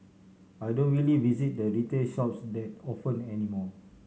I don't really visit the retail shops that often anymore